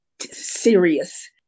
serious